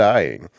Dying